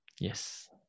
Yes